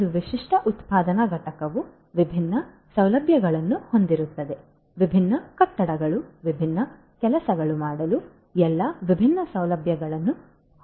ಒಂದು ವಿಶಿಷ್ಟ ಉತ್ಪಾದನಾ ಘಟಕವು ವಿಭಿನ್ನ ಸೌಲಭ್ಯಗಳನ್ನು ಹೊಂದಿರುತ್ತದೆ ವಿಭಿನ್ನ ಕಟ್ಟಡಗಳು ವಿಭಿನ್ನ ಕೆಲಸಗಳನ್ನು ಮಾಡಲು ಎಲ್ಲಾ ವಿಭಿನ್ನ ಸೌಲಭ್ಯಗಳನ್ನು ಹೊಂದಲಿದೆ